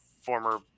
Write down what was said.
former